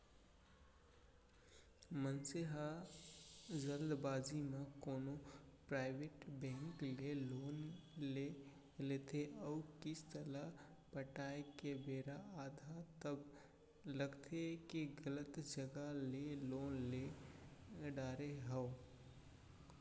मनसे ह जल्दबाजी म कोनो पराइबेट बेंक ले लोन ले लेथे अउ किस्त ल पटाए के बेरा आथे तब लगथे के गलत जघा ले लोन ले डारे हँव